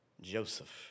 Joseph